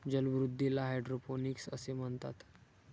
जलवृद्धीला हायड्रोपोनिक्स असे म्हणतात